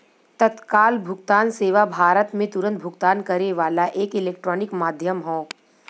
तत्काल भुगतान सेवा भारत में तुरन्त भुगतान करे वाला एक इलेक्ट्रॉनिक माध्यम हौ